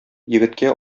егеткә